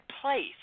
place